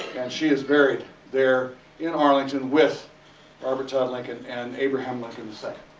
and she is buried there in arlington with robert todd lincoln and abraham lincoln the second,